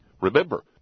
Remember